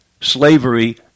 slavery